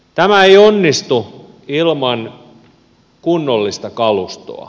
tämä ei onnistu ilman kunnollista kalustoa